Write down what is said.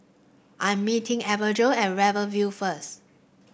I'm meeting Imogene at Rivervale first